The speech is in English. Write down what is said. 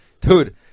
dude